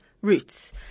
roots